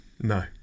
No